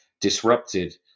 disrupted